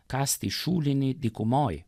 kasti šulinį dykumoje